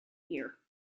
year